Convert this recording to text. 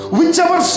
whichever